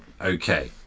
okay